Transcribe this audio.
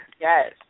Yes